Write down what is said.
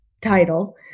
title